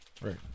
Right